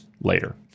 Later